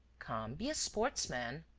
come, be a sportsman!